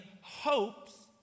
hopes